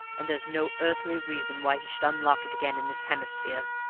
and there's no earthly reason why he should unlock it again in this hemisphere.